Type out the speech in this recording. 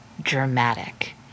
dramatic